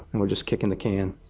and we just kicking the can?